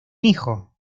hijo